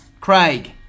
Craig